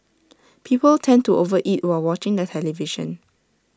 people tend to over eat while watching the television